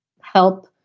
help